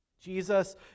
Jesus